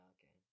Okay